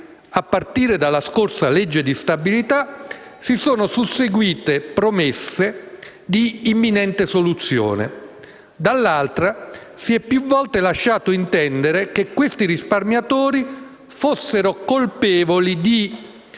a partire dalla scorsa legge di stabilità si sono susseguite rassicurazioni su una imminente soluzione; dall'altro, si è più volte lasciato intendere che questi risparmiatori fossero colpevoli di